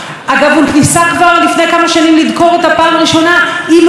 הוא היה יושב בכלא מאז ועד היום ועוד הרבה שנים,